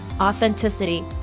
authenticity